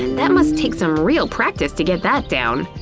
and that must take some real practice to get that down.